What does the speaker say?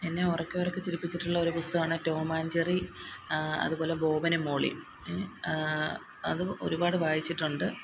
എന്നെ ഉറക്കെ ഉറക്കെ ചിരിപ്പിച്ചിട്ടുള്ള ഒരു പുസ്തകമാണ് ടോം ആൻഡ് ജെറി അതുപോലെ ബോബനും മോളിയും അത് ഒരുപാട് വായിച്ചിട്ടുണ്ട്